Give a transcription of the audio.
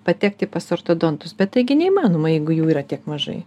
patekti pas ortodontus bet taigi neįmanoma jeigu jų yra tiek mažai